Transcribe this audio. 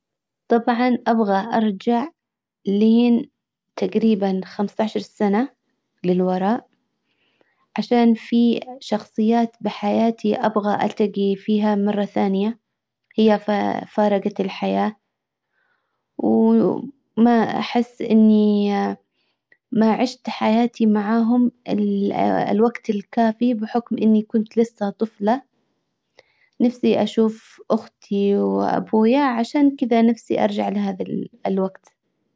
طبعا ابغى ارجع لين تقريبا خمسة عشر سنة للوراء عشان في شخصيات بحياتي ابغى التجي فيها مرة ثانية هي فارقت الحياة ما احس اني ما عشت حياتي معاهم الوجت الكافي بحكم اني كنت لسه طفلة نفسي اشوف اختي وابويا عشان كدا نفسي ارجع لهذا الوقت.